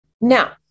Now